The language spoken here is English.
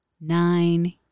Nine